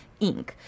Inc